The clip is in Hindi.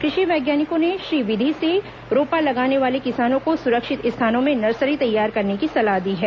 कृषि वैज्ञानिकों ने श्री विधि से रोपा लगाने वाले किसानों को सुरक्षित स्थानों में नर्सरी तैयार करने की सलाह दी है